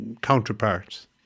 counterparts